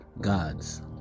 gods